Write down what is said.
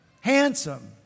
handsome